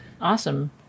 Awesome